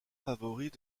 favoris